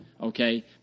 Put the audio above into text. okay